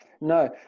No